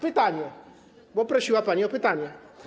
Pytanie, bo prosiła pani o pytanie.